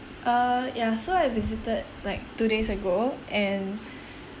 err ya so I visited like two days ago and